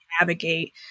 navigate